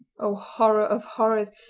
oh, horror of horrors!